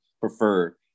prefer